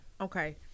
Okay